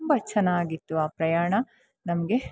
ತುಂಬ ಚೆನ್ನಾಗಿತ್ತು ಆ ಪ್ರಯಾಣ ನಮಗೆ